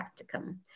practicum